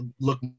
look